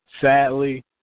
sadly